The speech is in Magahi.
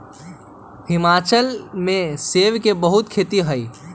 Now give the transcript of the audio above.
हिमाचल में सेब के बहुते खेत हई